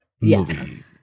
movie